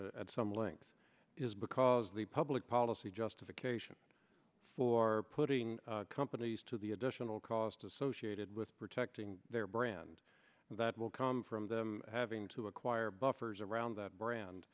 at some length is because the public policy justification for putting companies to the additional costs associated with protecting their brand that will come from them having to acquire buffers around that brand